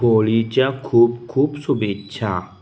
होळीच्या खूप खूप शुभेच्छा